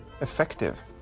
effective